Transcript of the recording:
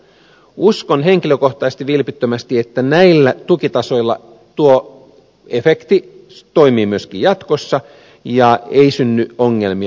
uskon henkilökohtaisesti vilpittömästi että näillä tukitasoilla tuo efekti toimii myöskin jatkossa ja ei synny ongelmia